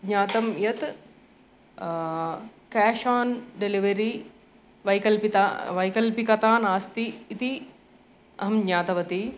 ज्ञातं यत् cash on delivery वैकल्पिकता वैकल्पिकता नास्ति इति अहं ज्ञातवती